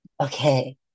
Okay